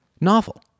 novel